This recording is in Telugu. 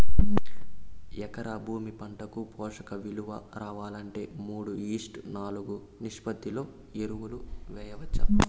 ఎకరా భూమి పంటకు పోషక విలువలు రావాలంటే మూడు ఈష్ట్ నాలుగు నిష్పత్తిలో ఎరువులు వేయచ్చా?